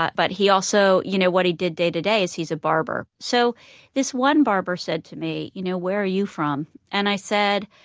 but but he also, you know what he did day to day is he's a barber. so this one barber said to me, you know, where are you from? and i said,